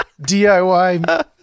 DIY